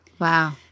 Wow